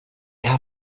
have